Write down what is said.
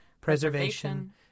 preservation